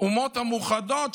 האומות המאוחדות,